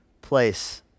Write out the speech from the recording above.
place